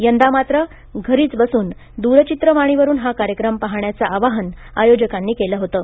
यंदा मात्र घरीच बसून दुरचित्रवाणीवरून हा कार्यक्रम पाहण्याचं आवाहन आयोजकांनी केलं होतं